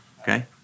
okay